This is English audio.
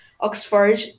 Oxford